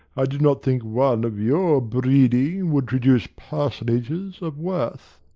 i did not think one of your breeding would traduce personages of worth.